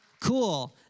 cool